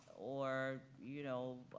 or, you know,